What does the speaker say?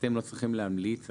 אתם לא צריכים להמליץ,